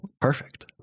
perfect